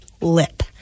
lip